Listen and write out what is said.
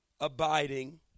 abiding